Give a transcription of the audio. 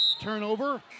turnover